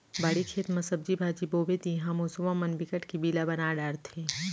बाड़ी, खेत म सब्जी भाजी बोबे तिंहा मूसवा मन बिकट के बिला बना डारथे